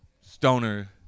stoner